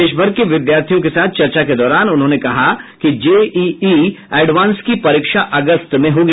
देशभर के विद्यार्थियों के साथ चर्चा के दौरान उन्होंने कहा कि जे ई ई एडवान्स की परीक्षा अगस्त में होगी